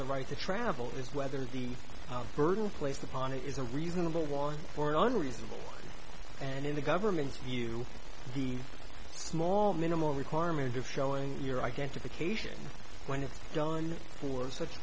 the right to travel is whether the burden placed upon it is a reasonable one for an unreasonable and in the government's view the small minimal requirement of showing your identification when it's done for such